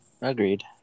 Agreed